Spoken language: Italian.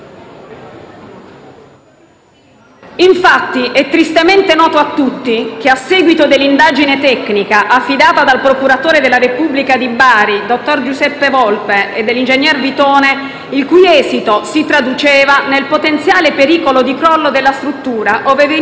Infatti, è tristemente noto a tutti che, a seguito dell'indagine tecnica affidata dal procuratore della Repubblica di Bari, dottor Giuseppe Volpe, all'ingegner Vitone, il cui esito si traduceva nel potenziale pericolo di crollo della struttura ove veniva